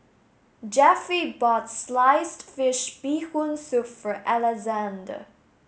Jeffie bought sliced fish Bee Hoon Soup for Alexandr